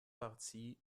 partie